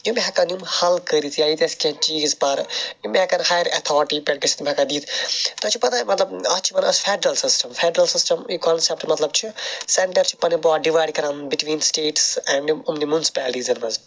تِم ہیٚکن یِم حل کٔرِتھ یا ییٚتہِ آسہِ کینٛہہ چیٖز پَرٕ یم ہیٚکن ہایَر ایٚتھارٹی پیٚٹھ گٔژھِتھ یِم ہیٚکَن یِتھ تۄہہِ چھو پَتہ اتھ چھِ ونان أسۍ فیٚڈرَل سِسٹَم فیٚڈرَل سِسٹَم یہِ کنسیٚپٹ مَطلَب چھ سیٚنٹَر چھ پاور ڈِوایڈ کَران بِٹویٖن سٹیٹس اینڈ یِم امنے منسپیلٹیٖزَن مَنٛز